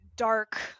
dark